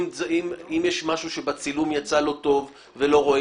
אם יש משהו בצילום שיצא לא טוב ולא רואים,